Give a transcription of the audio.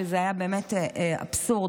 שזה היה באמת אבסורד,